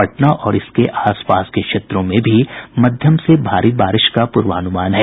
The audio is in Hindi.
पटना और इसके आसपास के क्षेत्रों में भी मध्यम से भारी वर्षा का पूर्वानुमान है